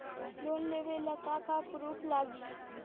Loan लेबे ला का का पुरुफ लागि?